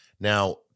Now